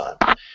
time